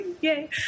yay